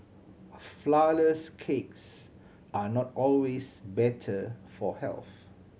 flourless cakes are not always better for health